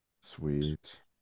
sweet